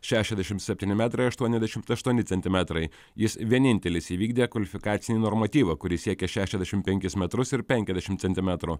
šešiasdešim septyni metrai aštuoniasdešimt aštuoni centimetrai jis vienintelis įvykdė kvalifikacinį normatyvą kuris siekia šešiasdešim penkis metrus ir penkiasdešim centimetrų